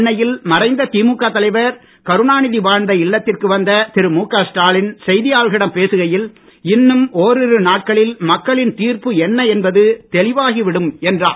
சென்னையில் மறைந்த திமுக தலைவர் கருணாநிதி வாழ்ந்த இல்லத்திற்கு வந்த திரு முக ஸ்டாலின் செய்தியாளர்களிடம் பேசுகையில் இன்னும் ஓரிரு நாட்களில் மக்களின் தீர்ப்பு என்ன என்பது தெளிவாகி விடும் என்றார்